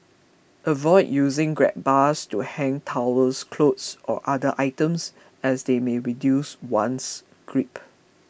avoid using grab bars to hang towels clothes or other items as they may reduce one's grip